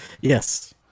yes